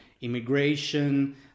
immigration